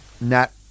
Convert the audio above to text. Nat